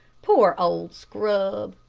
poor old scrub!